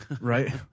right